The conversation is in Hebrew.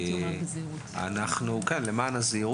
אנחנו כן חושבים שחשוב לשמר את זה,